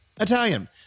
Italian